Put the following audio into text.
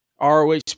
ROH